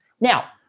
Now